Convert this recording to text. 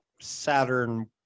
Saturn